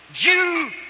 Jew